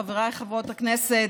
חברי וחברות הכנסת,